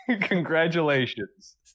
Congratulations